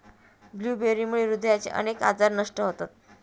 ब्लूबेरीमुळे हृदयाचे अनेक आजार नष्ट होतात